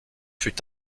fut